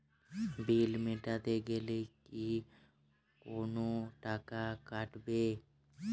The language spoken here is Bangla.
বিল মেটাতে গেলে কি কোনো টাকা কাটাবে?